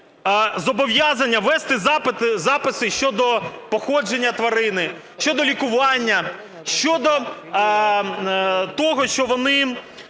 зобов'язання вести записи щодо походження тварини, щодо лікування, щодо того, що вони,